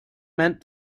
met